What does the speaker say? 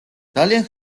ძალიან